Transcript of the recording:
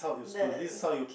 the